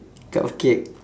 cupcake